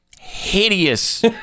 hideous